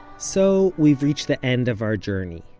so, we've reached the end of our journey.